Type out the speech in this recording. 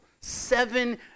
Seven